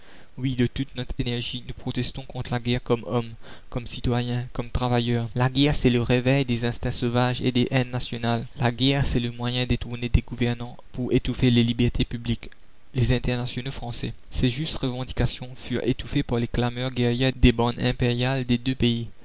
oui de toute notre énergie nous protestons contre la guerre comme hommes comme citoyens comme travailleurs la guerre c'est le réveil des instincts sauvage et des haines nationales la guerre c'est le moyen détourné des gouvernants pour étouffer les libertés publiques les internationaux français ces justes revendications furent étouffées par les clameurs guerrières des bandes impériales des deux pays